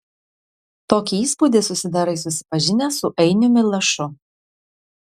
tokį įspūdį susidarai susipažinęs su ainiumi lašu